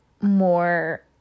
more